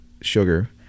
sugar